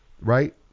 right